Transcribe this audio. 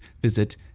visit